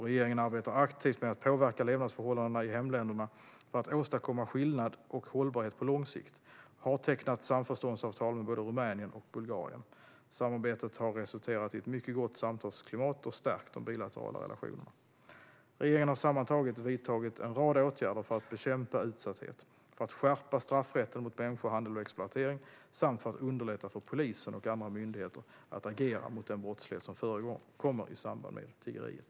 Regeringen arbetar aktivt med att påverka levnadsförhållandena i hemländerna för att åstadkomma skillnad och hållbarhet på lång sikt och har tecknat samförståndsavtal med både Rumänien och Bulgarien. Samarbetet har resulterat i ett mycket gott samtalsklimat och stärkt de bilaterala relationerna. Regeringen har sammantaget vidtagit en rad åtgärder för att bekämpa utsatthet, för att skärpa straffrätten mot människohandel och exploatering samt för att underlätta för polisen och andra myndigheter att agera mot den brottslighet som förekommer i samband med tiggeriet.